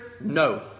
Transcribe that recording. no